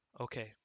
okay